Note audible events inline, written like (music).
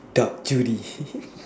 dark Judy (noise)